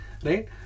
Right